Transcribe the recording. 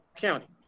county